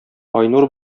айнур